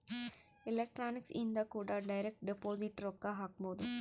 electronic ಇಂದ ಕೂಡ direct deposit ರೊಕ್ಕ ಹಾಕ್ಬೊದು